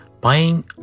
Buying